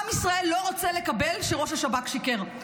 עם ישראל לא רוצה לקבל שראש השב"כ שיקר.